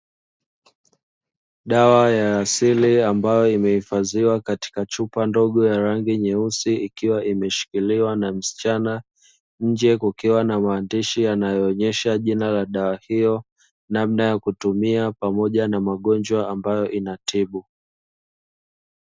Dawa ya asili ambayo imehifadhiwa katika chupa ndogo ya rangi nyeusi ikiwa imeshikiliwa na msichana, nje kukiwa na maandishi yanayoonyesha jina la dawa hiyo, namna ya kutumia pamoja na magonjwa ambayo inatibu.